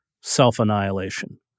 self-annihilation